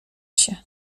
się